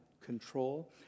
control